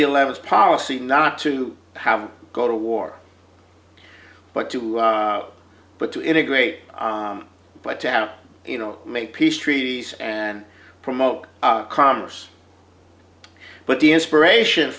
the a levels policy not to have go to war but to but to integrate but to have you know make peace treaties and promote commerce but the inspiration